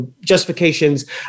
justifications